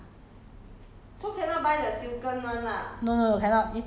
you 那个一个叫豆腐干你那个是水豆腐不一样